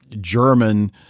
German